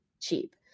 cheap